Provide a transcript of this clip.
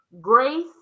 grace